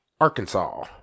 arkansas